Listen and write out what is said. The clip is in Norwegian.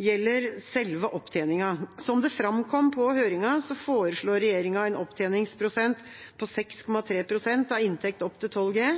gjelder selve opptjeningen. Som det framkom på høringen, foreslår regjeringa en opptjeningsprosent på 6,3 pst. av inntekt opp til 12G.